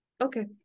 okay